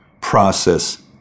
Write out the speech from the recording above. process